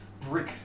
brick